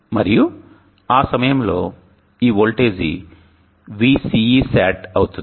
మరియు ఆ సమయంలో ఈ వోల్టేజి VCESAT అవుతుంది